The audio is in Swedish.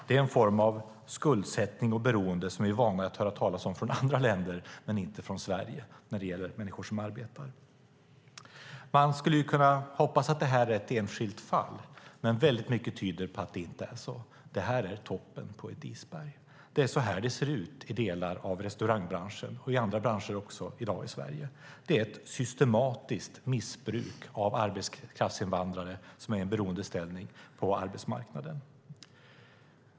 Det är en form av skuldsättning och beroende som vi är vana vid att höra talas om från andra länder men inte från Sverige när det gäller människor som arbetar. Man skulle kunna hoppas att det här är ett enskilt fall, men väldigt mycket tyder på att det inte är så. Det här är toppen på ett isberg. Det är så här det ser ut i delar av restaurangbranschen och också i andra branscher i dagens Sverige. Det är ett systematiskt missbruk av arbetskraftsinvandrare som är i beroendeställning på arbetsmarknaden.